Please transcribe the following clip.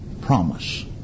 Promise